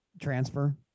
transfer